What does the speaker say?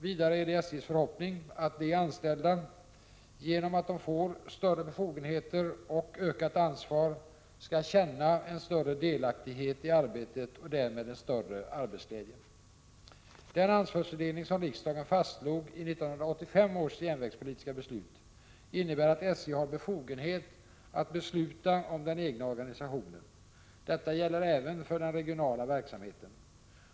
Vidare är det SJ:s förhoppning att de anställda, genom att de får större befogenheter och ökat ansvar, skall känna en större delaktighet i arbetet och därmed en större arbetsglädje. Den ansvarsfördelning som riksdagen fastslog i 1985 års järnvägspolitiska beslut, innebär att SJ har befogenhet att besluta om den egna organisationen. Detta gäller även för den regionala verksamheten.